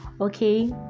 okay